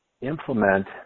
implement